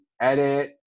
edit